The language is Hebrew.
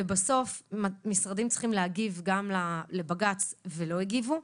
בסוף משרדים צריכים להגיב גם לבג"ץ ולא הגיבו.